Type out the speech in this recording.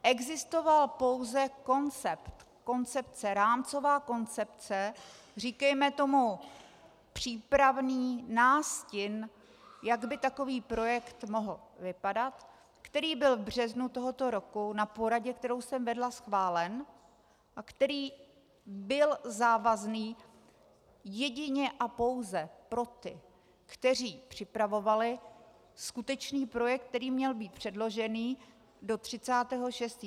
Existoval pouze koncept, koncepce, rámcová koncepce, říkejme tomu přípravný nástin, jak by takový projekt mohl vypadat, který byl v březnu tohoto roku na poradě, kterou jsem vedla, schválen a který byl závazný jedině a pouze pro ty, kteří připravovali skutečný projekt, který měl být předložený do 30. 6.